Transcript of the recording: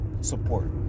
support